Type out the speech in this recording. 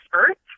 experts